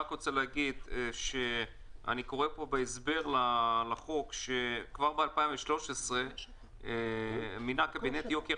אני קורא בהסבר לחוק שכבר ב-2013 מינה קבינט יוקר